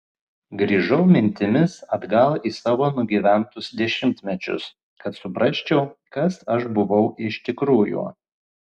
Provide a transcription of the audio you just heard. grįžau mintimis atgal į savo nugyventus dešimtmečius kad suprasčiau kas aš buvau iš tikrųjų